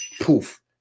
poof